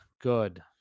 good